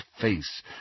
face